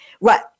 Right